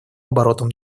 оборотом